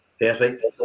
Perfect